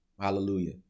Hallelujah